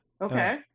Okay